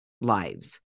lives